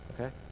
Okay